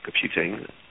computing